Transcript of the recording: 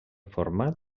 format